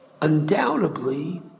undoubtedly